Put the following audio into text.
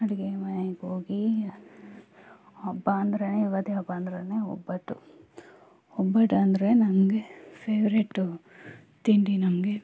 ಅಡಿಗೆ ಮನೆಗೋಗಿ ಹಬ್ಬ ಅಂದ್ರೆ ಯುಗಾದಿ ಹಬ್ಬ ಅಂದ್ರೆ ಒಬ್ಬಟ್ಟು ಒಬ್ಬಟ್ಟು ಅಂದರೆ ನನಗೆ ಫೆವ್ರೇಟು ತಿಂಡಿ ನಮಗೆ